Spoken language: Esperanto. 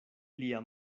lia